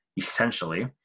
essentially